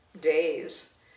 days